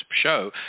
show